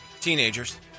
Teenagers